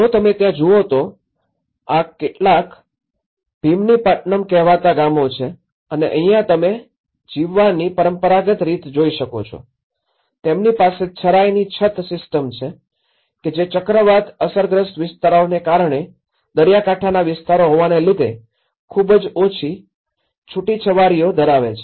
જો તમે ત્યાં જુઓ તો આ કેટલાક ભીમનીપટ્ટનમ કહેવાતા ગામો છે અને અહીંયા તમે જીવવાની પરંપરાગત રીત જોઈ શકો છો તેમની પાસે છરાઈની છત સિસ્ટમ છે કે જે ચક્રવાત અસરગ્રસ્ત વિસ્તારોને કારણે અને દરિયાકાંઠાના વિસ્તારો હોવાને લીધે ખૂબ ઓછી છુટીછવારીઓ ધરાવે છે